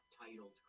titled